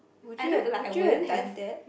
would you have would you have done that